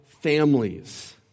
Families